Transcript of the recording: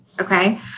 Okay